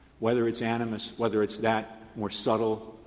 whether it's animus, whether it's that more subtle,